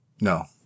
No